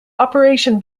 operation